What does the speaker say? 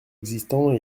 existants